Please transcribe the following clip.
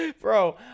Bro